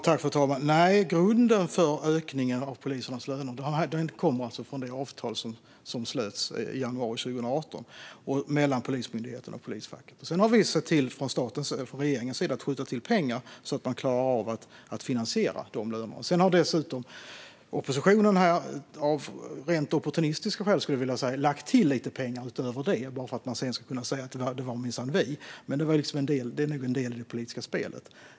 Fru talman! Nej, grunden för ökningen av polisernas löner finns i det avtal som slöts i januari 2018 mellan Polismyndigheten och polisfacket. Sedan har vi från regeringens sida sett till att skjuta till pengar så att man har klarat av att finansiera dessa löner. Därefter har oppositionen här - av rent opportunistiska skäl, skulle jag vilja säga - lagt till lite pengar utöver detta bara för att man sedan ska kunna säga att det minsann var de som låg bakom detta. Men det här är nog en del i det politiska spelet.